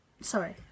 Sorry